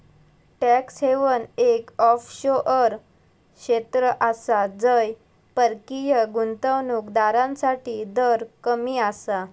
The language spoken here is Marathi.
टॅक्स हेवन एक ऑफशोअर क्षेत्र आसा जय परकीय गुंतवणूक दारांसाठी दर कमी आसा